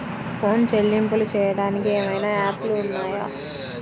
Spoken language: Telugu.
ఫోన్ చెల్లింపులు చెయ్యటానికి ఏవైనా యాప్లు ఉన్నాయా?